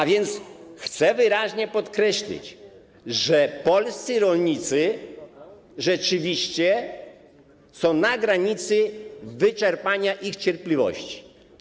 A więc chcę wyraźnie podkreślić, że polscy rolnicy rzeczywiście są na granicy wyczerpania cierpliwości.